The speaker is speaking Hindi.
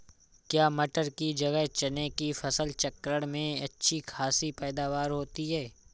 क्या मटर की जगह चने की फसल चक्रण में अच्छी खासी पैदावार होती है?